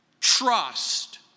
trust